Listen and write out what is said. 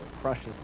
crushes